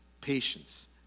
patience